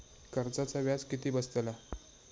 कर्जाचा व्याज किती बसतला?